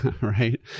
right